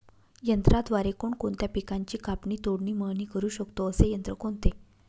यंत्राद्वारे कोणकोणत्या पिकांची कापणी, तोडणी, मळणी करु शकतो, असे यंत्र कोणते?